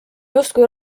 justkui